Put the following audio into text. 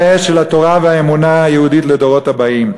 האש של התורה והאמונה היהודית לדורות הבאים,